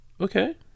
Okay